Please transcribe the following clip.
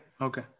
okay